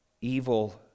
evil